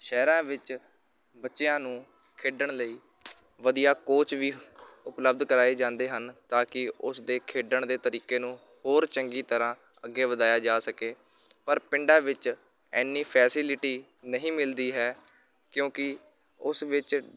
ਸ਼ਹਿਰਾਂ ਵਿੱਚ ਬੱਚਿਆਂ ਨੂੰ ਖੇਡਣ ਲਈ ਵਧੀਆ ਕੋਚ ਵੀ ਉਪਲਬਧ ਕਰਾਏ ਜਾਂਦੇ ਹਨ ਤਾਂ ਕਿ ਉਸ ਦੇ ਖੇਡਣ ਦੇ ਤਰੀਕੇ ਨੂੰ ਹੋਰ ਚੰਗੀ ਤਰ੍ਹਾਂ ਅੱਗੇ ਵਧਾਇਆ ਜਾ ਸਕੇ ਪਰ ਪਿੰਡਾਂ ਵਿੱਚ ਇੰਨੀ ਫੈਸੀਲੀਟੀ ਨਹੀਂ ਮਿਲਦੀ ਹੈ ਕਿਉਂਕਿ ਉਸ ਵਿੱਚ